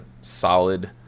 solid